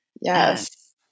yes